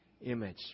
image